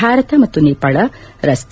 ಭಾರತ ಮತ್ತು ನೇಪಾಳ ರಸ್ತೆ